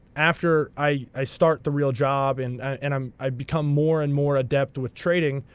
after i start the real job and and um i become more and more adept with trading,